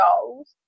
goals